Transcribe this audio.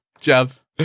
jeff